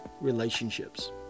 relationships